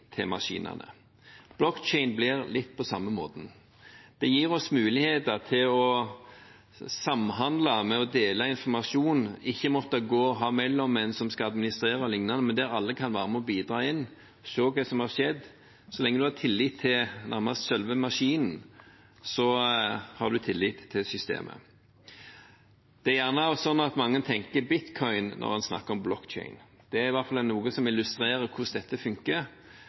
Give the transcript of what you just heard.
til maskinene. Blockchain blir litt på samme måten. Det gir oss muligheter til å samhandle og dele informasjon, ikke måtte ha mellommenn som skal administrere o.l., men der alle kan være med og bidra inn og se hva som har skjedd. Så lenge man har tillit til selve maskinen, har man tillit til systemet. Det er gjerne sånn at mange tenker bitcoin når en snakker om blockchain. Det er i hvert fall noe som illustrerer hvordan dette